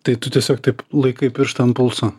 tai tu tiesiog taip laikai pirštą ant pulso